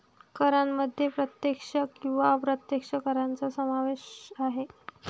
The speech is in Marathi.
करांमध्ये प्रत्यक्ष किंवा अप्रत्यक्ष करांचा समावेश आहे